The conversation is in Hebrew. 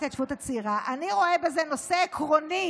ההתיישבות הצעירה: אני רואה בזה נושא עקרוני